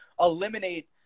eliminate –